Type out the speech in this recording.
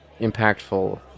impactful